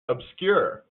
obscure